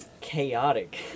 chaotic